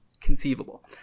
conceivable